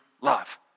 love